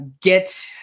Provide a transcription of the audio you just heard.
get